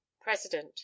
president